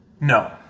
no